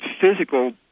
physical